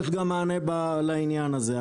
יש גם מענה לעניין הזה.